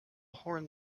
horn